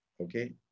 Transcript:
okay